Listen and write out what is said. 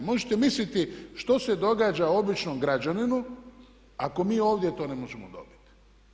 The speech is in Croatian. Možete misliti što se događa običnom građaninu ako mi ovdje to ne možemo dobiti.